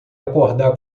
acordar